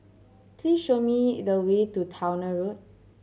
please show me the way to Towner Road